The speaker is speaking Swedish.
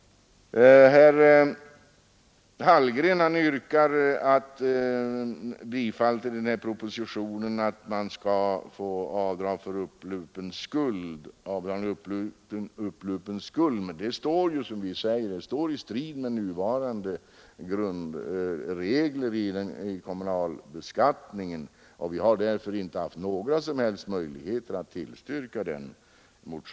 Herr Hallgren yrkar bifall till förslaget att man skall få avdrag för upplupen skuld. Men det står ju, som vi säger, i strid med nuvarande grundregler för kommunalbeskattningen. Vi har därför inte haft några som helst möjligheter att tillstyrka förslaget.